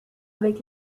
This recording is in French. avec